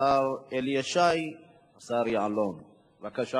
איזה התנגדות לוועדה משותפת?